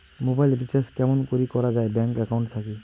Mobile recharge কেমন করি করা যায় ব্যাংক একাউন্ট থাকি?